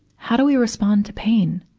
how do we respond to pain?